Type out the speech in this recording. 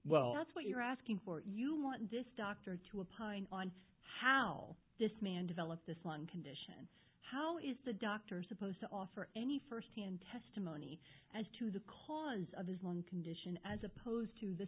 well that's what you're asking for you want this doctor to a pine on how this man developed this one condition how is the doctor supposed to offer any first hand testimony as to the cause of his lung condition as opposed to the